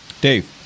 Dave